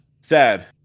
sad